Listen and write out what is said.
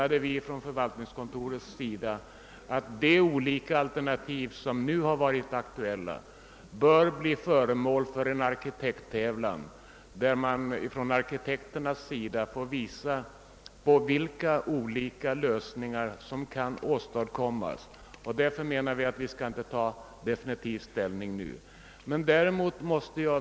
I förvaltningskontoret menade vi därför att de olika alternativ som nu varit aktuella bör bli föremål för en arkitekttävlan, där arkitekterna får visa vilka olika lösningar som kan åstadkommas. Därför skall vi nu inte ta definitiv ställning.